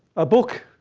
a book.